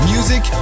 Music